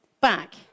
back